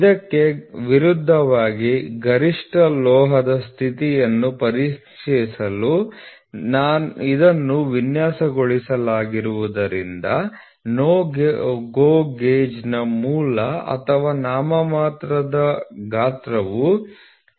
ಇದಕ್ಕೆ ವಿರುದ್ಧವಾಗಿ ಗರಿಷ್ಠ ಲೋಹದ ಸ್ಥಿತಿಯನ್ನು ಪರೀಕ್ಷಿಸಲು ಇದನ್ನು ವಿನ್ಯಾಸಗೊಳಿಸಲಾಗಿರುವುದರಿಂದ NO GO ಗೇಜ್ನ ಮೂಲ ಅಥವಾ ನಾಮಮಾತ್ರದ ಗಾತ್ರವು H